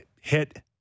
hit